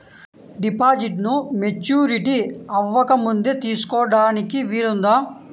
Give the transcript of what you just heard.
డిపాజిట్ను మెచ్యూరిటీ అవ్వకముందే తీసుకోటానికి వీలుందా?